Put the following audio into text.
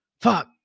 fuck